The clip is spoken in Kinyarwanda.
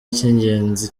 ikingenzi